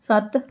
ਸੱਤ